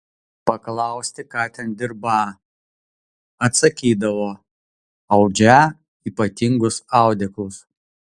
paklausti ką ten dirbą atsakydavo audžią ypatingus audeklus